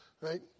right